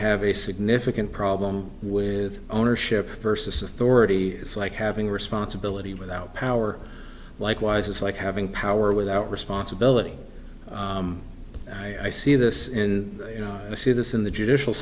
have a significant problem with ownership versus authority is like having responsibility without power like wise it's like having power without responsibility i see this and see this in the judicial